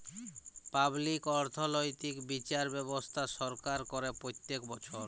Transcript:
public অর্থনৈতিক্যে বিচার ব্যবস্থা সরকার করে প্রত্যক বচ্ছর